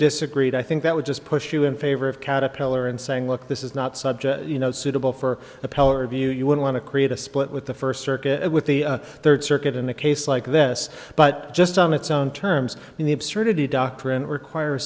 disagreed i think that would just push you in favor of caterpillar and saying look this is not subject you know suitable for appellate review you would want to create a split with the first circuit with the third circuit in a case like this but just on its own terms the absurdity doctrine require